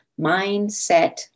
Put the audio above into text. mindset